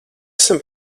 esam